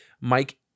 Mike